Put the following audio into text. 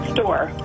Store